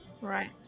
Right